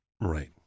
Right